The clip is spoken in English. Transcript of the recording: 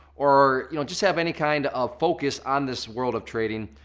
or you know just have any kind of focus on this world of trading,